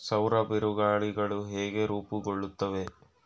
ಸೌರ ಬಿರುಗಾಳಿಗಳು ಹೇಗೆ ರೂಪುಗೊಳ್ಳುತ್ತವೆ?